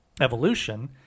evolution